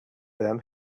them